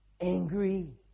angry